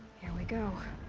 here we go.